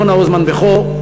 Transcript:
אורנה הוזמן-בכור,